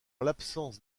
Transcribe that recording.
l’absence